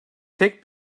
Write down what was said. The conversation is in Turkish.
tek